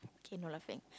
okay no laughing